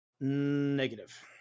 Negative